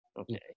okay